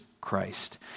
Christ